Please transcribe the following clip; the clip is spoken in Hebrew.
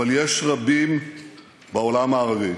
אבל יש רבים בעולם הערבי